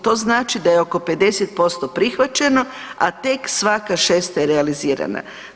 To znači da je oko 50% prihvaćeno, a tek svaka šesta je realizirana.